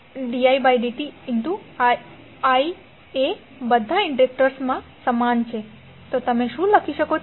i એ બધા ઇન્ડક્ટર્સમાં સમાન છે તો તમે શું લખી શકો છો